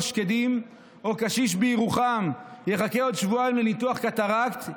שקדים או קשיש בירוחם יחכה עוד שבועיים לניתוח קטרקט,